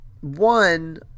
one